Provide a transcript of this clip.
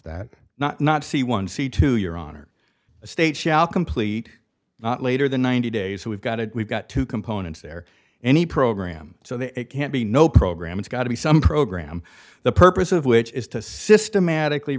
that not not see one see to your honor the state shall complete not later than ninety days we've got it we've got two components there any program so there can't be no program it's got to be some program the purpose of which is to systematically